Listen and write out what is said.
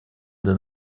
для